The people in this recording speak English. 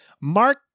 Mark